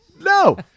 No